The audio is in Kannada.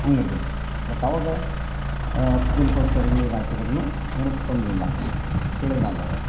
ಹಂಗೆ ಇರ್ತದೆ ಬಟ್ ಆವಾಗ ಹತ್ತು ದಿನಕ್ಕೆ ಒಂದ್ಸಲ ನೀರು ಹಾಕಿದ್ರೂ ಏನು ತೊಂದ್ರೆ ಇಲ್ಲ ಚಳಿಗಾಲದಾಗೆ